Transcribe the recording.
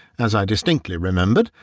as i distinctly remembered,